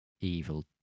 evil